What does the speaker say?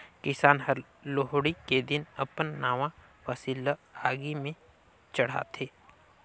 किसान हर लोहड़ी के दिन अपन नावा फसिल ल आगि में चढ़ाथें